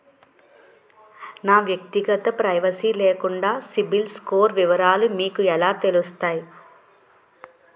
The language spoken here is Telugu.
నా వ్యక్తిగత ప్రైవసీ లేకుండా సిబిల్ స్కోర్ వివరాలు మీకు ఎలా తెలుస్తాయి?